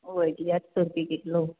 ਓਹ ਹੈਗੀ ਆ ਅੱਠ ਸੌ ਰੁਪਏ ਕਿਲੋ